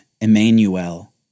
Emmanuel